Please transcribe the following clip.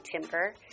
timber